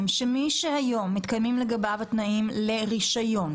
שמי שהיום מתקיימים לגביו התנאים לרישיון,